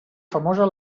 famosa